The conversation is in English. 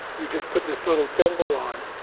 you just put this little thimble on.